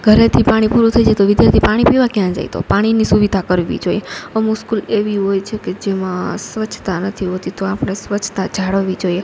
ઘરેથી પાણી પૂરું થઈ જાય તો વિદ્યાર્થી પાણી પીવા ક્યાં જાય તો પાણીની સુવિધા કરવી જોએ અમુક સ્કૂલ એવી હોય છે કે જેમાં સ્વચ્છતા નથી હોતી તો આપણે સ્વચ્છતા જાળવવી જોઈએ